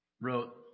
wrote